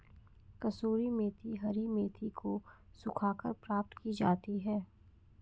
कसूरी मेथी हरी मेथी को सुखाकर प्राप्त की जाती है